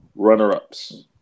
runner-ups